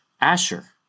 Asher